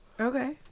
okay